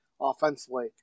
offensively